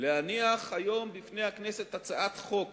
להניח היום בפני הכנסת הצעת חוק